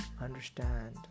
understand